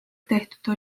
tehtud